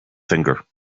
finger